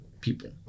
people